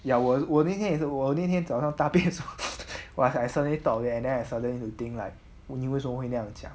ya 我我那天也是我那天早上大便的时候 well I suddenly thought of it then I suddenly will think like 你为什么会这样讲